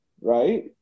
right